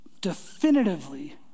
definitively